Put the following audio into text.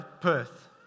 Perth